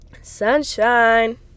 Sunshine